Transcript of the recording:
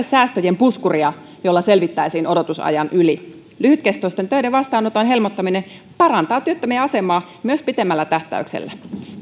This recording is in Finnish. säästöjen puskuria jolla selvittäisiin odotusajan yli lyhytkestoisten töiden vastaanottamisen helpottaminen parantaa työttömien asemaa myös pitemmällä tähtäyksellä